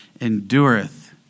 endureth